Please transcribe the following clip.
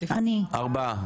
ארבעה.